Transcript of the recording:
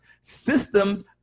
systems